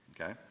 Okay